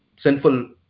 sinful